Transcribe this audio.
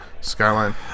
Skyline